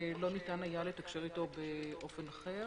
שלא ניתן היה לתקשר אתו באופן אחר.